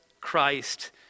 Christ